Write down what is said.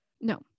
No